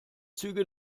züge